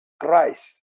Christ